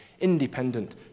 independent